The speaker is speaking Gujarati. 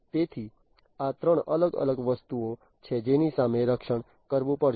તેથી આ 3 અલગ અલગ વસ્તુઓ છે જેની સામે રક્ષણ કરવું પડશે